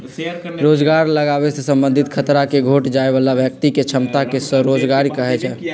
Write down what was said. रोजगार लागाबे से संबंधित खतरा के घोट जाय बला व्यक्ति के क्षमता के स्वरोजगारी कहै छइ